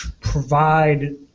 provide